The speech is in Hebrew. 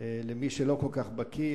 למי שלא כל כך בקי,